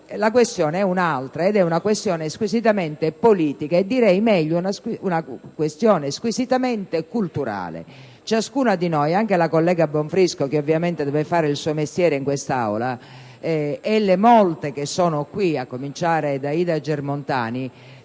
La questione è un'altra ed è squisitamente politica e direi - meglio - una questione squisitamente culturale. Ciascuna di noi, anche la collega Bonfrisco, che ovviamente deve fare il suo mestiere in quest'Aula, e le molte senatrici che sono qui, a cominciare da Ida Germontani,